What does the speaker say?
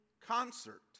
concert